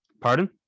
pardon